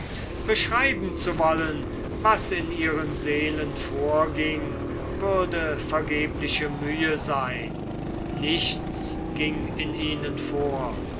beschreiben zu wollen was in ihren seelen vorging würde vergebliche mühe sein nichts ging in ihnen vor